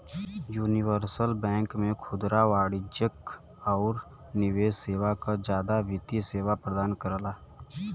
universal bank में खुदरा वाणिज्यिक आउर निवेश सेवा क जादा वित्तीय सेवा प्रदान करला